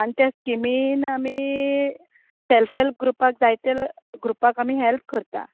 आनी त्या स्कीमीन आमी सेल्फ हॅल्प ग्रुपाक जायते ग्रुपाक आमी हॅल्प करतात